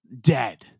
Dead